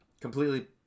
completely